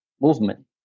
movement